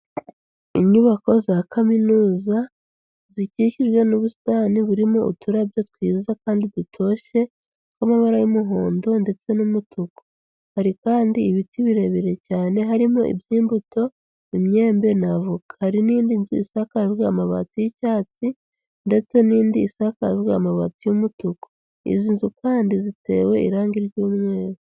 Inyubako za kaminuza, zikikijwe n'ubusitani burimo uturabyo twiza kandi dutoshye, tw'amabara y'umuhondo ndetse n'umutuku. Hari kandi ibiti birebire cyane harimo: iby'imbuto, imyembe na avoka. Hari n'indi nzu isakajwe amabati y'icyatsi, ndetse n'indi isakajwe amabati y'umutuku. Izi nzu kandi zitewe irangi ry'umweru.